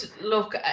look